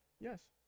Yes